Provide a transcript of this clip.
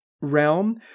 realm